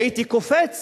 הייתי קופץ